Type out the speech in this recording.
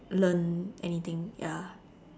learn anything ya